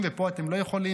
ופה אתם לא יכולים.